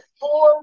four